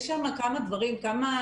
יש שם כמה ליקויים,